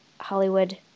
Hollywood